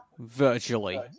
Virtually